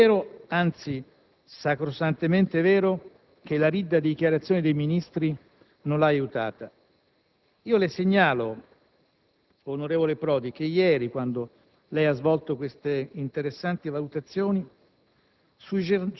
come è vero, anzi sacrosantamente vero, che la ridda di dichiarazioni dei Ministri non l'ha aiutata. Le segnalo, onorevole Prodi, che ieri, quando lei ha svolto queste interessanti valutazioni,